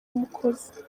umukozi